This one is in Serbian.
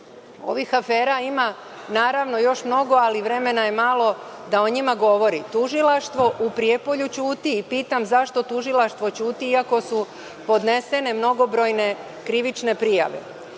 Ovih afera ima naravno još mnogo, ali vremena je malo da o njima govorim. Tužilaštvo u Prijepolju ćuti. Pitam zašto - tužilaštvo ćuti iako su podnesene mnogobrojne krivične